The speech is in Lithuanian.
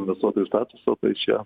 investuotojų statuso tai čia